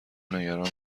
نگران